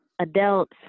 adults